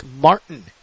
Martin